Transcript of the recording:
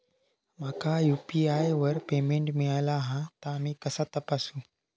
माका यू.पी.आय वर पेमेंट मिळाला हा ता मी कसा तपासू?